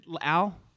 Al